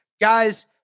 Guys